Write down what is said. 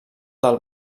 del